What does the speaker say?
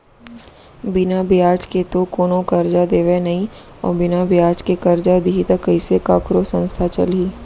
बिना बियाज के तो कोनो करजा देवय नइ अउ बिना बियाज के करजा दिही त कइसे कखरो संस्था चलही